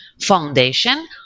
Foundation